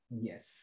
Yes